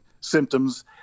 symptoms